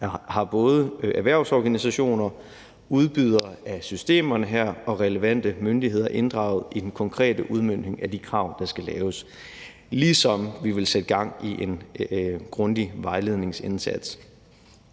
vi har både erhvervsorganisationer, udbydere af systemerne her og relevante myndigheder inddraget i den konkrete udmøntning af de krav, der skal laves, ligesom vi vil sætte gang i en grundig vejledningsindsats.